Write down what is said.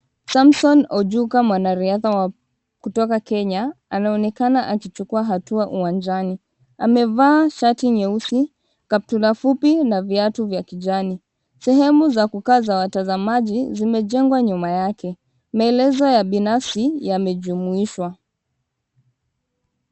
Samson Ojuka mwanariadha wa kutoka Kenya, anaonekana akichukua hatua uwanjani. Amevaa shati nyeusi, kaptula fupi na viatu vya kijani. Sehemu za kukaa za watazamaji zimejengwa nyuma yake. Maelezo ya binafsi yamejumuishwa.